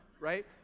right